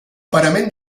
parament